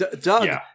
Doug